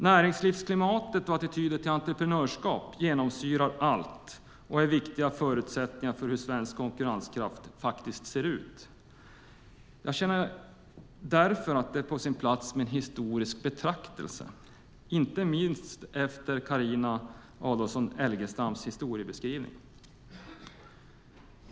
Näringslivsklimatet och attityder till entreprenörskapet genomsyrar allt och är viktiga förutsättningar för hur svensk konkurrenskraft faktiskt ser ut. Jag känner därför att det är på sin plats med en historisk betraktelse, inte minst efter Carina Adolfsson Elgestams historiebeskrivning.